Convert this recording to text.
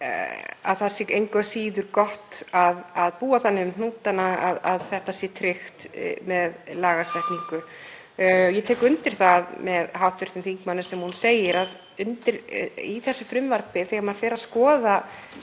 að það sé engu að síður gott að búa þannig um hnútana að þetta sé tryggt með lagasetningu. Ég tek undir það sem hv. þingmaður segir, að í þessu frumvarpi, þegar maður fer að skoða